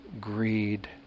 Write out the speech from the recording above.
greed